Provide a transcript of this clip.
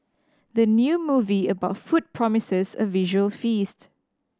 the new movie about food promises a visual feast